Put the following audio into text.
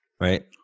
Right